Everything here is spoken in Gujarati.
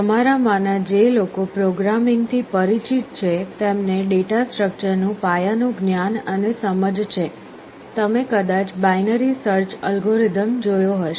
તમારામાંના જે લોકો પ્રોગ્રામિંગથી પરિચિત છે તેમને ડેટા સ્ટ્રક્ચર નું પાયા નું જ્ઞાન અને સમજ છે તમે કદાચ બાઈનરી સર્ચ એલ્ગોરિધમ જોયો હશે